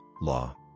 law